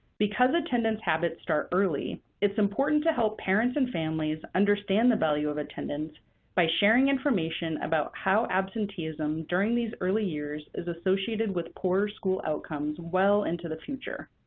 because attendance habits start early, it's important to help parents and families understand the value of attendance by sharing information about how absenteeism during these early years is associated with poor school outcomes well into the future.